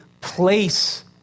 place